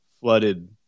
flooded